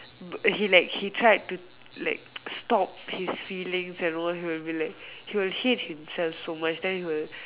but he like he like to tried to like stop his feelings and all he will be like he will hate himself so much then he will